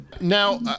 Now